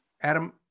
Adam